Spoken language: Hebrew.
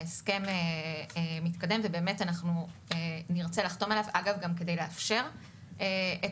ההסכם מתקדם ואנחנו נרצה לחתום עליו כדי לאפשר את